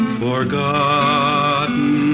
forgotten